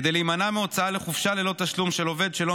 כדי להימנע מהוצאה לחופשה ללא תשלום של עובד שלא